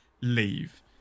leave